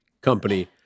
company